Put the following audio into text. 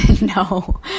no